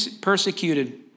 persecuted